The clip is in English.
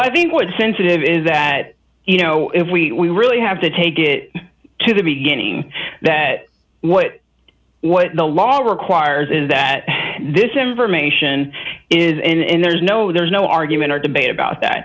i think what sensitive is that you know if we really have to take it to the beginning that what what the law requires is that this information is and there's no there's no argument or debate about that